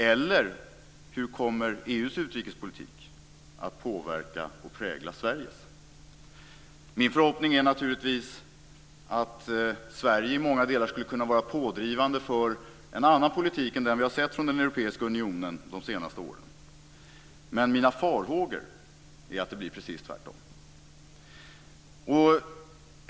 Eller hur kommer EU:s utrikespolitik att påverka och prägla Sveriges? Min förhoppning är naturligtvis att Sverige i många delar kan vara pådrivande för en annan politik än den som vi har sett från den europeiska unionens sida de senaste åren, men mina farhågor är att det blir precis tvärtom.